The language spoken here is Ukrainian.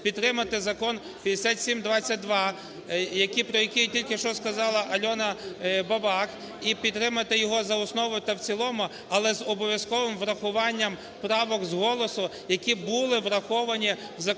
підтримати Закон 5722, про який тільки що сказала Альона Бабак, і підтримати його за основу та в цілому, але з обов'язковим врахуванням правок з голосу, які були враховані в законопроекті